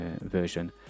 version